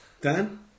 dan